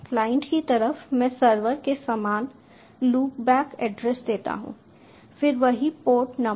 client की तरफ मैं सर्वर के समान लूपबैक एड्रेस देता हूं फिर वही पोर्ट नंबर